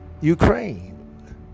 Ukraine